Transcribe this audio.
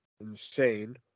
insane